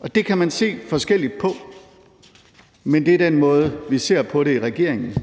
Og det kan man se forskelligt på, men det er den måde, vi ser på det på i regeringen.